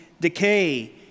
decay